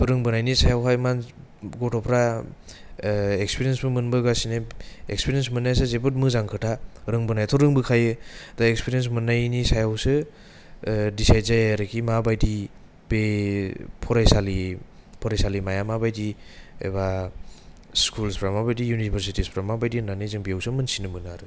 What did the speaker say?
रोंबोनायनि सायावहाय मान गथ'फ्रा इक्सफिरियेनसबो मोनबोगासिनो इक्सफिरियेनस मोननायाथ' जोबोद मोजां खोथा रोंबोनायाथ' रोंबोखायो दा इक्सफिरियेनस मोननायनि सायावसो दिसायद जायोखि आरोखि माबादि बे फरायसालि फरायसालिमाया माबादि एबा स्कुलसफ्रा माबादि इउनिभारसितिसफ्रा माबादि होननानै जों बेवसो मोनथिनो मोनो आरो